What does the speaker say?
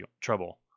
trouble